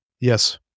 Yes